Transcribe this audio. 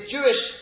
Jewish